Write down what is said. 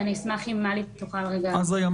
ואשמח אם מלי תוכל --- הבנתי.